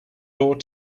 door